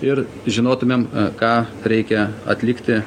ir žinotumėm ką reikia atlikti